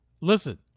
Listen